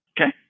Okay